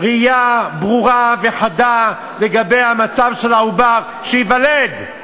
ראייה ברורה וחדה של מצב העובר שייוולד.